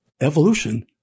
Evolution